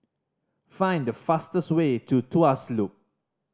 find the fastest way to Tuas Loop